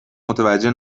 متوجه